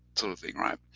sort of thing, right?